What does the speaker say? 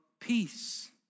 peace